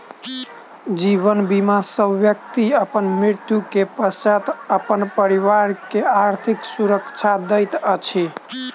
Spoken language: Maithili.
जीवन बीमा सॅ व्यक्ति अपन मृत्यु के पश्चात अपन परिवार के आर्थिक सुरक्षा दैत अछि